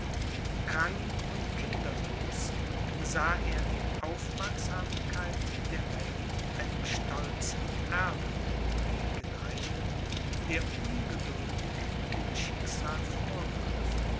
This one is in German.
krank und kinderlos sah er die aufmerksamkeit der welt einem stolzen erben entgegeneilen der ungeduldig dem schicksal vorgriff